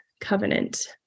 covenant